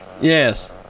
Yes